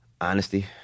Honesty